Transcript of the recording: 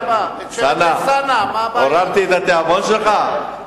אלסאנע, הורדתי את התיאבון שלך?